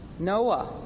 Noah